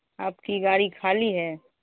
آپ کی گاڑی خالی ہے